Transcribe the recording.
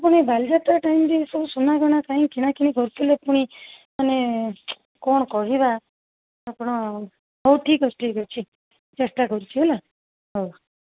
ଆପଣ ବାଲିଯାତ୍ରା ଟାଇମ୍ରେ ଏ ସବୁ ସୁନା ଗହଣା କାହିଁକି କିଣାକିଣି କରୁଥିଲେ ପୁଣି ମାନେ କ'ଣ କହିବା ଆପଣ ହଉ ଠିକ୍ ଅଛି ଠିକ୍ ଅଛି ଚେଷ୍ଟା କରୁଛି ହେଲା ହଉ